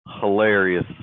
Hilarious